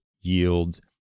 yields